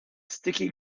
sticky